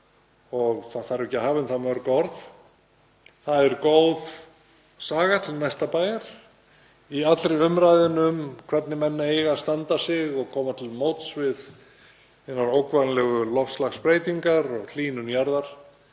Það þarf ekki að hafa um það mörg orð — það er góð saga til næsta bæjar í allri umræðunni um hvernig menn eiga að standa sig og koma til móts við hinar ógnvænlegu loftslagsbreytingar og hlýnun jarðar.